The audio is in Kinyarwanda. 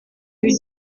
b’i